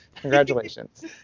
congratulations